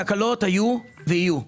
תקלות היו ויהיו.